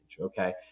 Okay